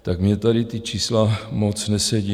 Tak mně tady ta čísla moc nesedí.